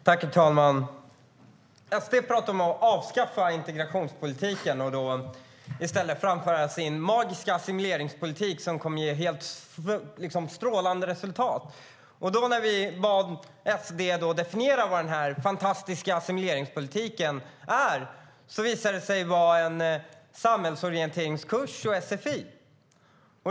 Herr talman! SD talar om att avskaffa integrationspolitiken och i stället införa sin magiska assimileringspolitik, som kommer att ge strålande resultat. När vi bad SD att definiera vad denna fantastiska assimileringspolitik är visade det sig vara en samhällsorienteringskurs och sfi.